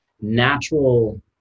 natural